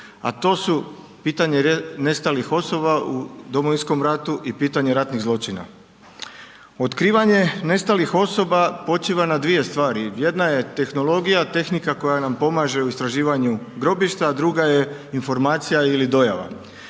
a to su pitanje nestalih osoba u Domovinskom ratu i pitanje ratnih zločina. Otkrivanje nestalih osoba počiva na 2 stvari, jedna je tehnologija, tehnika koja nam pomaže u istraživanju grobišta, a druga je informacija ili dojava.